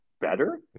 better